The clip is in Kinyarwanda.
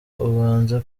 abanze